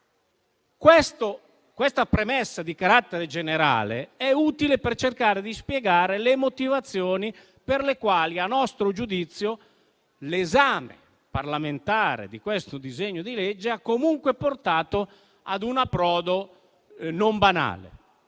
Questa premessa di carattere generale è utile per cercare di spiegare le motivazioni per le quali - a nostro giudizio - l'esame parlamentare del presente disegno di legge ha comunque portato a un approdo non banale.